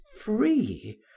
free